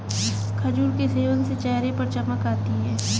खजूर के सेवन से चेहरे पर चमक आती है